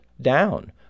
down